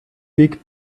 week